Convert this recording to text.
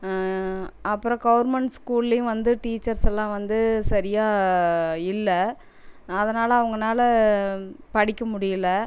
அப்புறம் கவர்மெண்ட் ஸ்கூல்லேயும் வந்து டீச்சர்ஸ்ஸெல்லாம் வந்து சரியாக இல்லை அதனால் அவங்கனால படிக்க முடியல